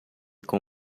com